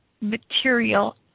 material